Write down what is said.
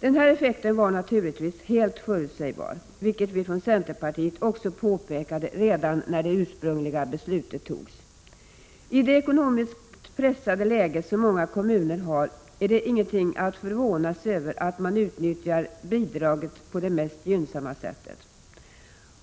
Den här effekten var naturligtvis helt förutsägbar, vilket vi från centerpartiet också påpekade redan när det ursprungliga beslutet fattades. I det ekonomiskt pressade läge som många kommuner har är det ingenting att förvånas över att de utnyttjar statsbidraget på det mest gynnsamma sättet.